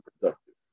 productive